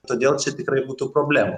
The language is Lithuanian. todėl čia tikrai būtų problemų